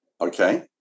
okay